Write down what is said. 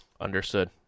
Understood